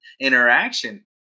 interaction